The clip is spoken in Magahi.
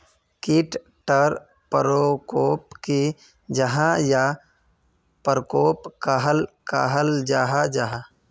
कीट टर परकोप की जाहा या परकोप कहाक कहाल जाहा जाहा?